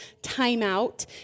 timeout